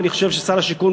ואני חושב ששר השיכון,